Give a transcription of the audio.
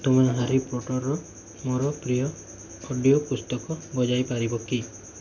ତୁମେ ହ୍ୟାରି ପୋଟର୍ର ମୋର ପ୍ରିୟ ଅଡ଼ିଓ ପୁସ୍ତକ ବଜାଇପାରିବ କି